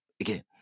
again